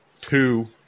two